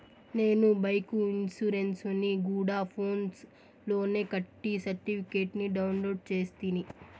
నేను బైకు ఇన్సూరెన్సుని గూడా ఫోన్స్ లోనే కట్టి సర్టిఫికేట్ ని డౌన్లోడు చేస్తిని